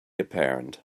apparent